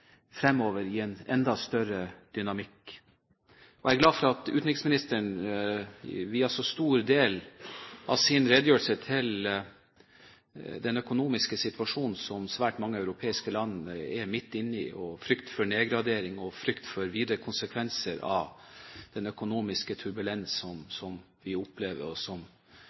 fremover i en enda større dynamikk. Jeg er glad for at utenriksministeren viet så stor del av sin redegjørelse til den økonomiske situasjonen som svært mange europeiske land er midt inne i, og frykten for nedgradering og frykten for videre konsekvenser av den økonomiske turbulensen som vi opplever, og som